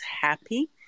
happy